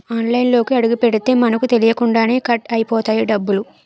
ఆన్లైన్లోకి అడుగుపెడితే మనకు తెలియకుండానే కట్ అయిపోతాయి డబ్బులు